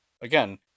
again